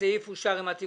הסעיף אושר.